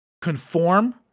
conform